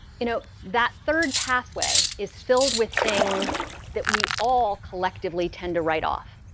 you know that third pathway is filled with things that we all collectively tend to write off.